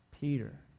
Peter